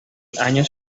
año